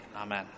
amen